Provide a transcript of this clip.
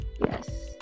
Yes